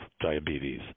diabetes